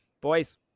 boys